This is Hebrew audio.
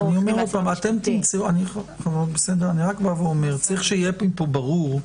אני רק אומר שצריך שיהיה ברור,